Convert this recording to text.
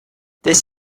this